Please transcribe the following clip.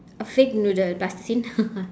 a fake noodle plastercine